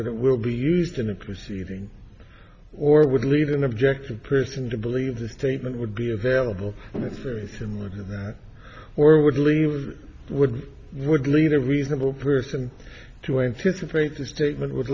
that it will be used in a proceeding or would lead an objective person to believe the statement would be available and it fits in with that or would leave would would need a reasonable person to anticipate the statement w